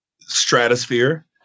stratosphere